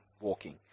walking